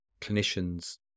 clinicians